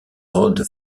rod